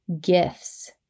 gifts